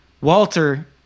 Walter